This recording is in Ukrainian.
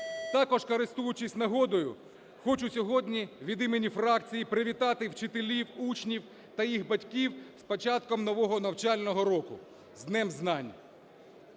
Також користуючись нагодою, хочу сьогодні від імені фракції привітати вчителів, учнів та їх батьків з початком нового навчального року, з Днем знань.